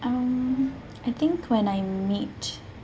um I think when I meet